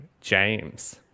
James